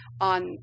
on